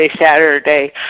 Saturday